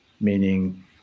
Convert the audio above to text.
meaning